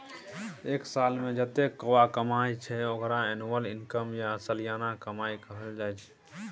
एक सालमे जतेक केओ कमाइ छै ओकरा एनुअल इनकम या सलियाना कमाई कहल जाइ छै